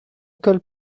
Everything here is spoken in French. école